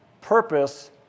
purpose